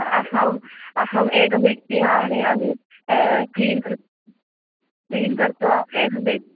अहम् अहम् एकां व्यक्तिम् आनयामि क्लीन् कृतं क्लीन् कृत्वा एकां व्यक्तिं